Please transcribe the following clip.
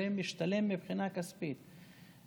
זה משתלם מבחינה כספית.